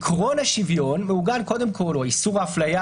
עיקרון השוויון מעוגן קודם כול, או איסור האפליה